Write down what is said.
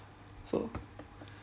so